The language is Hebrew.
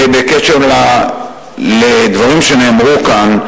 בקשר לדברים שנאמרו כאן,